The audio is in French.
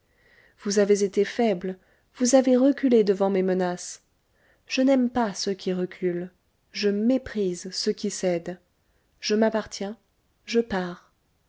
vous avez été faible vous avez reculé devant mes menaces je n'aime pas ceux qui reculent je méprise ceux qui cèdent je m'appartiens je pars